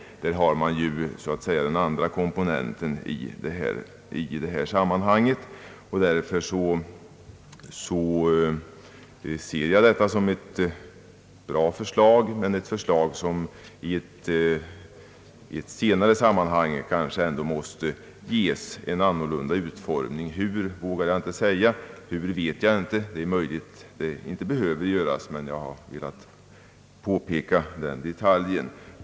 Där har man den andra komponenten i detta sammanhang, och därför ser jag detta som ett bra förslag, men ett för slag som senare kanske ändå måste ges en annorlunda utformning. Hur, det vet jag inte nu. Det är också möjligt att det inte behöver göras, men jag har velat påpeka denna detalj.